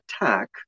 attack